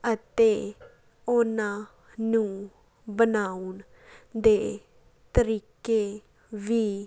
ਅਤੇ ਉਹਨਾਂ ਨੂੰ ਬਣਾਉਣ ਦੇ ਤਰੀਕੇ ਵੀ